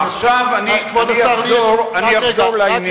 עכשיו אני אחזור לעניין,